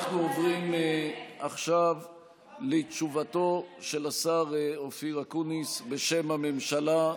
אנחנו עוברים עכשיו לתשובתו של השר אופיר אקוניס בשם הממשלה.